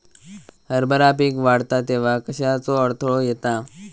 हरभरा पीक वाढता तेव्हा कश्याचो अडथलो येता?